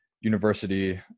university